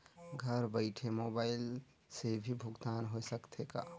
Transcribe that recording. घर बइठे मोबाईल से भी भुगतान होय सकथे का?